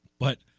but